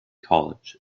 college